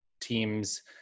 teams